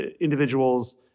individuals